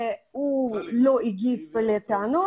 הוא לא הגיב לטענות,